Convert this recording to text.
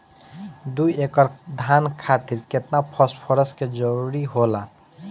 दु एकड़ धान खातिर केतना फास्फोरस के जरूरी होला?